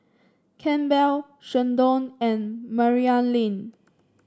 Campbell Sheldon and Maryellen